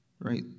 Right